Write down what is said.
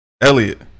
Elliot